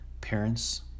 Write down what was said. parents